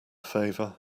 favor